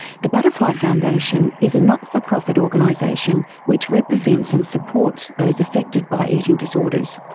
the butterfly foundation is a not-for-profit organisation which represents and supports those affected by eating disorders.